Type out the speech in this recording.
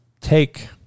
take